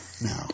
No